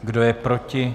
Kdo je proti?